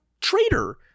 traitor